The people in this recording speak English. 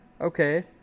Okay